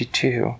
two